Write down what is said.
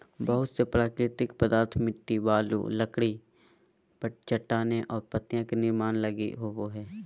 बहुत से प्राकृतिक पदार्थ मिट्टी, बालू, लकड़ी, चट्टानें और पत्तियाँ के निर्माण लगी होबो हइ